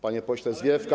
Panie Pośle Zwiefka!